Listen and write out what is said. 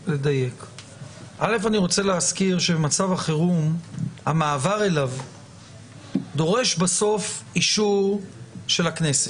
המעבר למצב החירום דורש בסוף אישור של הכנסת,